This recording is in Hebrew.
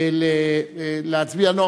מלהצביע.